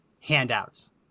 handouts